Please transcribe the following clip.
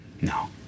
No